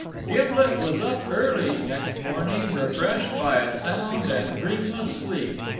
gimblet was up early next morning, refreshed by a sound and dreamless sleep.